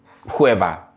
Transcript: whoever